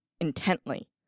intently